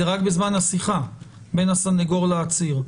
זה רק בזמן השיחה בין הסנגור לעציר.